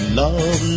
love